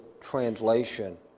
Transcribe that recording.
translation